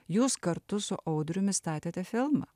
jūs kartu su audriumi statėte filmą